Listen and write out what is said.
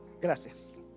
gracias